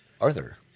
Arthur